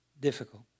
difficult